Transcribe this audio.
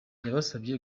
yabasabye